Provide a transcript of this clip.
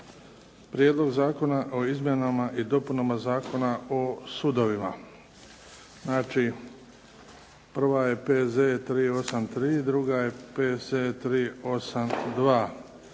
Prijedlog zakona o izmjenama i dopunama Zakona o sudovima, prvo čitanje, P.Z.E. broj 382